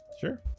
Sure